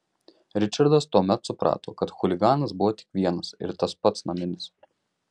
ričardas tuomet suprato kad chuliganas buvo tik vienas ir tas pats naminis